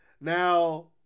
Now